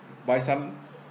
buy some